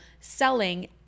selling